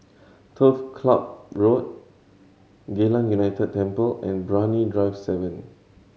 Turf Ciub Road Geylang United Temple and Brani Drive Seven